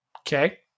Okay